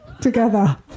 together